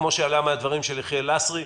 כפי שעלה מן הדברים של יחיאל לסרי,